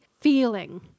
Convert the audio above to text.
feeling